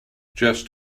just